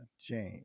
James